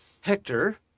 Hector